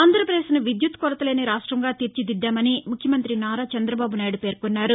ఆంధ్రప్రదేశ్ను విద్యుత్ కొరతలేని రాష్టంగా తీర్చిదిద్దామని ముఖ్యమంత్రి నారా చందబాబు నాయుడు పేర్కొన్నారు